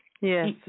Yes